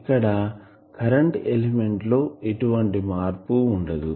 ఇక్కడ current element లో ఎటువంటి మార్పు ఉండదు